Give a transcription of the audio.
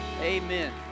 amen